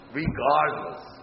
regardless